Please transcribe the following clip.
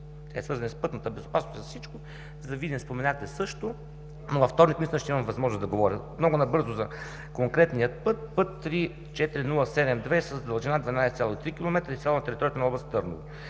е свързана и с пътната безопасност, и с всичко, за Видин споменахме също, но във вторник, мисля, че ще имам възможност да говоря. Много набързо за конкретния път. Път III-4072 е с дължина 12,3 км и е изцяло на територията на област Търново,